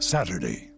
Saturday